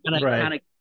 right